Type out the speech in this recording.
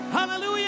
Hallelujah